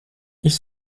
ils